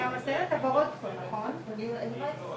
בעיות פיזיות שכתוצאה מהטיפולים הכימותרפיים ומכל הדברים האלה,